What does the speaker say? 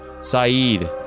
Saeed